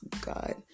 God